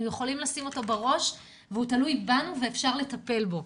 יכולים לשים אותו בראש והוא תלוי בנו ואפשר לטפל בו.